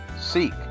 seek